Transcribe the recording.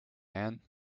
ann